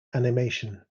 animation